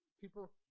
people